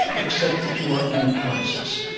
accept that you are in a crisis.